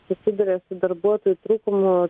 susiduria su darbuotojų trūkumu